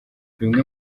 bimwe